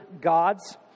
gods